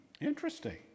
Interesting